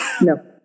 No